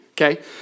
okay